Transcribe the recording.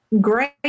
great